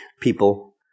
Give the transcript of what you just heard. people